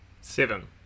Seven